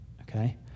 Okay